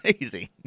Amazing